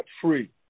free